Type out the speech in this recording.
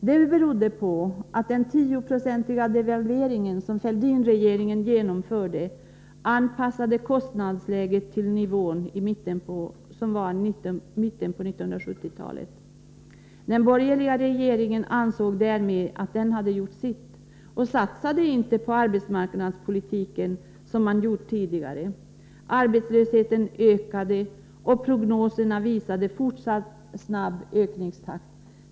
Det berodde på att den 10-procentiga devalvering som Fälldinregeringen genomförde anpassade kostnadsläget till nivån i mitten på 1970-talet. Den borgerliga regeringen ansåg därmed att den gjort sitt och satsade inte på arbetsmarknadspolitiken, som man gjort tidigare. Arbetslösheten ökade och prognoserna visade fortsatt snabb ökningstakt.